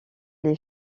les